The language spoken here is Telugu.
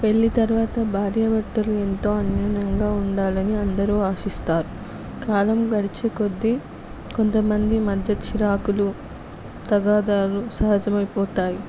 పెళ్ళి తర్వాత భార్యభర్తలు ఎంతో అన్యోన్యంగా ఉండాలని అందరూ ఆశిస్తారు కాలం గడిచే కొద్దీ కొంతమంది మధ్య చిరాకులు తగాదాలు సహజమైపోతాయి